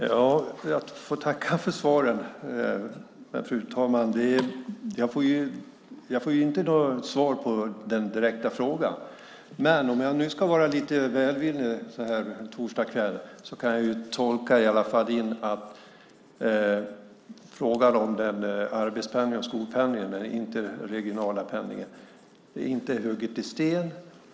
Fru talman! Jag tackar för svaren. Men jag får inte något svar på den direkta frågan. Men om jag nu ska vara lite välvillig så här en torsdagskväll kan jag i alla fall tolka det som att frågan om arbets och skolpendlingen, den interregionala pendlingen, inte är huggen i sten.